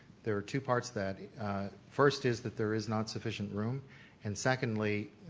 there are two parts that first is that there is not sufficient room and secondly,